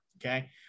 Okay